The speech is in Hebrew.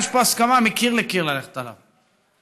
יש פה הסכמה מקיר לקיר ללכת עליו,